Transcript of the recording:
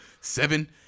Seven